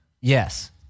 Yes